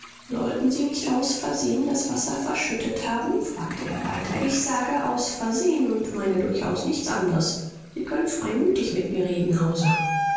sollten sie nicht aus versehen das wasser verschüttet haben fragte er weiter ich sage aus versehen und meine durchaus nichts andres sie können freimütig mit mir reden